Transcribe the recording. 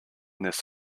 this